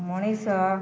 ମଣିଷ